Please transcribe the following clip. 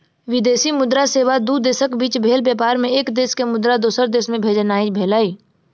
विदेशी मुद्रा सेवा दू देशक बीच भेल व्यापार मे एक देश के मुद्रा दोसर देश मे भेजनाइ भेलै